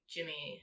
Jimmy